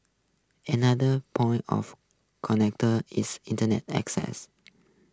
another point of connector is Internet access